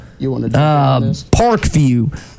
Parkview